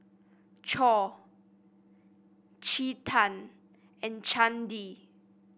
Choor Chetan and Chandi